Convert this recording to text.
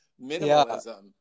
minimalism